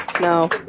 No